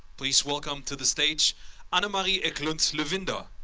please welcome to the stage anne-marie eklund lowinder.